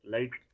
Light